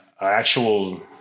actual